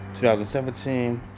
2017